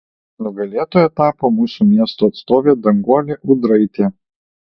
nugalėtoja tapo mūsų miesto atstovė danguolė ūdraitė